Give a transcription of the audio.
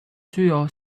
具有